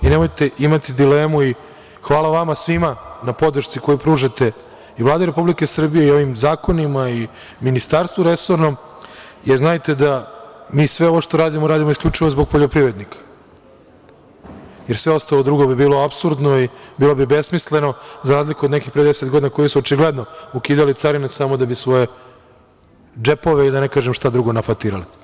Nemojte imati dilemu i hvala vama svima na podršci koju pružate i Vladi Republike Srbije, i ovim zakonima, i resornom ministarstvu, jer znajte da mi sve ovo što radimo, radimo isključivo zbog poljoprivrednika, jer sve ostalo drugo bi bilo apsurdno i bilo bi besmisleno za razliku do nekih pre deset godina, koji su očigledno ukidali carine samo da bi svoje džepove, da ne kažem šta drugo, nafatirali.